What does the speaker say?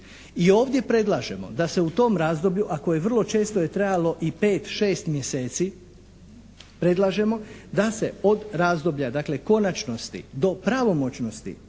I ovdje predlažemo da se u tom razdoblju, a koje vrlo često je trajalo i pet, šest mjeseci predlažemo da se od razdoblja dakle konačnosti do pravomoćnosti